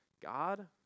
God